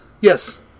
Yes